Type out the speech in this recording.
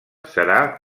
serà